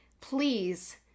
Please